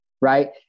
Right